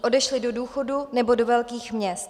Odešli buď do důchodu, nebo do velkých měst.